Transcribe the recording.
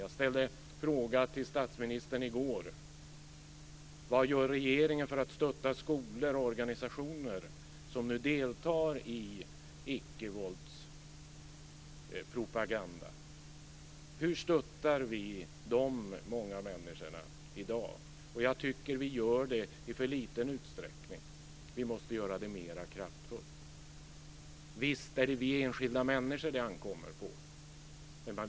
I går frågade jag statsministern: Vad gör regeringen för att stötta skolor och organisationer som nu deltar i ickevåldspropaganda? Hur stöttar vi de många människorna i dag? Jag tycker att vi gör det i alltför liten utsträckning, och vi måste göra det mer kraftfullt. Visst ankommer detta på oss enskilda människor.